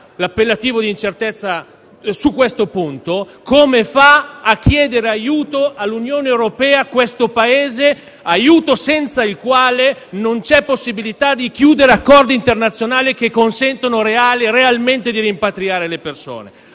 l'appellativo di incertezza su questo punto - come fa a chiedere aiuto all'Unione europea questo Paese, aiuto senza il quale non vi è possibilità di chiudere accordi internazionali che consentano realmente di rimpatriare le persone.